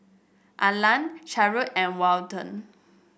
Alan Carleigh and Walton